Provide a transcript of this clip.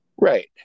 Right